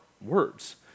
words